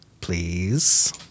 please